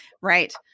Right